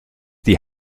die